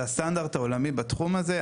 זה הסטנדרט העולמי בתחום הזה,